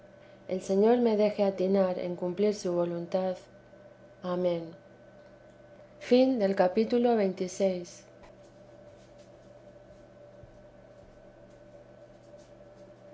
el señor me deje atinar en cumplir su voluntad amén